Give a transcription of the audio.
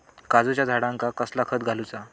काजूच्या झाडांका कसला खत घालूचा?